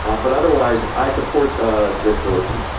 ah but otherwise, i support this motion.